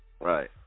Right